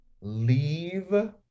leave